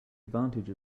advantage